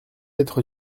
être